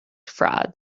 frauds